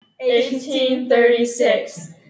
1836